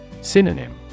Synonym